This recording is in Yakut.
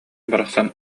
барахсан